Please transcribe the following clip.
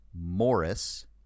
Morris